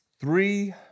three